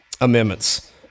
amendments